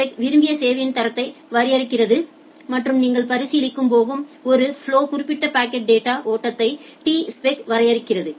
பெக் விரும்பிய சேவையின் தரத்தை வரையறுக்கிறது மற்றும் நீங்கள் பரிசீலிக்கப் போகும் ஒரு ஃபலொவின் குறிப்பிட்ட பாக்கெட் டேட்டா ஓட்டத்தை டிஸ்பெக் வரையறுக்கிறது